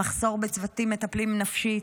מחסור בצוותים מטפלים נפשית,